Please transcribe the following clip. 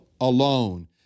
alone